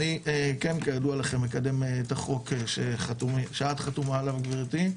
אני כן כידוע לכם מקדם את החוק שאת חתומה עליו גברתי,